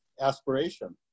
aspiration